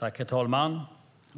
Herr talman!